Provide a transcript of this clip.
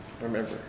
remember